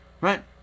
right